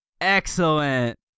Excellent